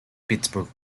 pittsburgh